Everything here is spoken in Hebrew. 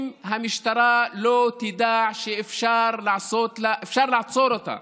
אם המשטרה לא תדע שאפשר לעצור אותה,